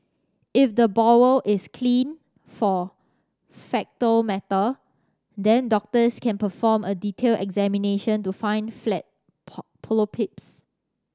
if the bowel is clean for faecal matter then doctors can perform a detailed examination to find flat polyps